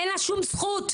אין לה שום זכות,